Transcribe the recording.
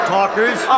Talkers